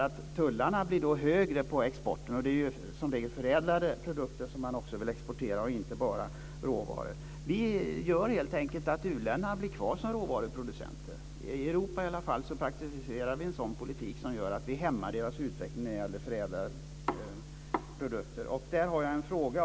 Tullarna blir då högre på exporten, och det är ju som regel också förädlade produkter som man vill exportera och inte bara råvaror. Det gör helt enkelt att u-länderna blir kvar som råvaruproducenter. I alla fall i Europa praktiserar vi en politik som gör att vi hämmar deras utveckling när det gäller förädlade produkter. Där har jag en fråga.